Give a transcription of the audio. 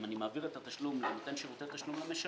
אם אני מעביר את התשלום לנותן שירותי תשלום למשלם,